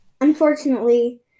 unfortunately